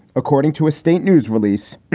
according to a state news release,